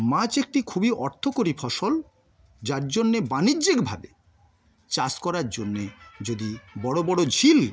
মাছ একটি খুবই অর্থকরী ফসল যার জন্যে বাণিজ্যিকভাবে চাষ করার জন্যে যদি বড় বড় ঝিল